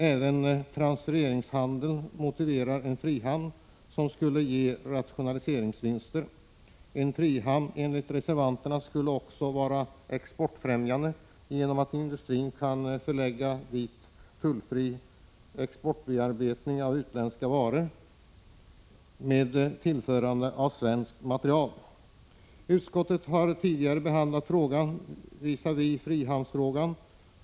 Även transiteringshandeln motiverar en frihamn, som skulle ge rationaliseringsvinster. En frihamn skulle, enligt reservanterna, också vara exportfrämjande, genom att industrier kan förläggas dit för tullfri exportbearbetning av utländska varor med tillförande av svenskt material. Utskottet har tidigare behandlat fråga om en frihamn.